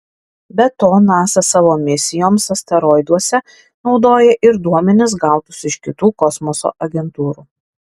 be to nasa savo misijoms asteroiduose naudoja ir duomenis gautus iš kitų kosmoso agentūrų